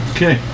Okay